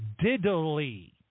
diddly